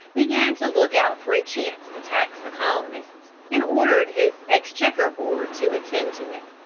began to look out for a chance to tax the colonists, and ordered his exchequer board to attend to it.